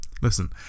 Listen